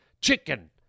chicken